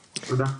תודה.